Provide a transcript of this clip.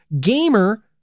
gamer